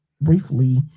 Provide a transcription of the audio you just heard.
briefly